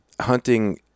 hunting